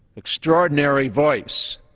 extraordinary voice.